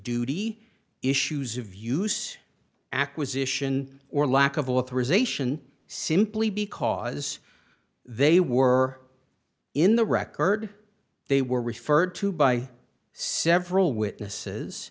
duty issues of use acquisition or lack of authorisation simply because they were in the record they were referred to by several witnesses